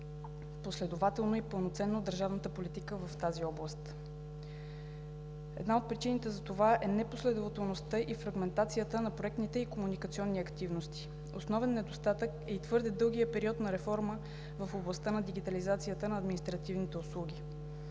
последователно и пълноценно държавната политика в тази област. Една от причините за това е непоследователността и фрагментацията на проектните и комуникационните активности. Основен недостатък е твърде дългият период на реформа в областта на дигитализацията на административните услуги.